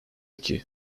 iki